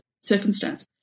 circumstance